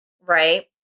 right